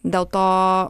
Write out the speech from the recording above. dėl too